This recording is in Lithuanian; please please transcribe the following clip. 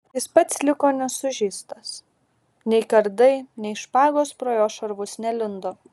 jis pats liko nesužeistas nei kardai nei špagos pro jo šarvus nelindo